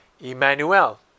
Emmanuel